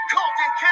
Colton